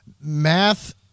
Math